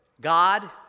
God